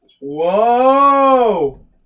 Whoa